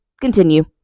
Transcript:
continue